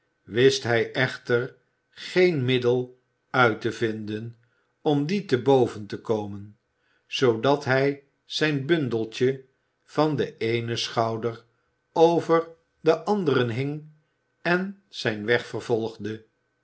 wist hij echter geen middel uit te vinden om die te boven te komen zoodat hij zijn bundeltje van den eenen schouder over den anderen hing en zijn weg vervolgde